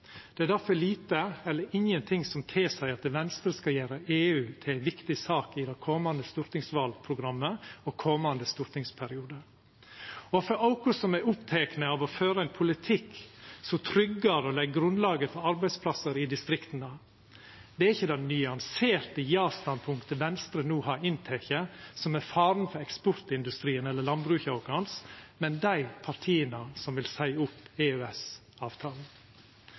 Det er difor lite eller ingenting som tilseier at Venstre skal gjera EU til ei viktig sak i det komande stortingsvalprogrammet og i komande stortingsperiode. Og for oss som er opptekne av å føra ein politikk som tryggjer og legg grunnlaget for arbeidsplassar i distrikta: Det er ikkje det nyanserte ja-standpunktet Venstre no har innteke som er faren for eksportindustrien eller landbruket vårt, men dei partia som vil seia opp